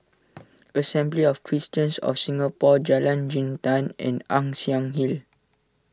Assembly of Christians of Singapore Jalan Jintan and Ann Siang Hill